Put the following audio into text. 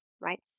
right